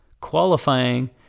qualifying